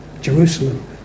Jerusalem